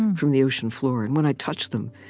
from the ocean floor. and when i touched them,